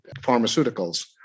pharmaceuticals